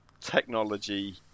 technology